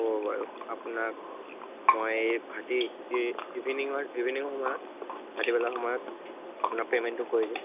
অঁ বাৰু আপোনাক মই এই ইভিনিঙত ইভিনিং সময়ত সময়ত আপোনাক পে'মেণ্টটো কৰি দিম